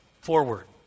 forward